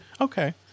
Okay